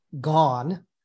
gone